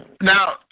Now